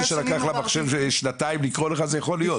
זה שלקח למחשב שנתיים לקרוא לך זה יכול להיות.